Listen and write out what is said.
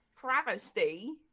Travesty